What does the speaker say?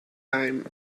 time